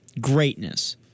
Greatness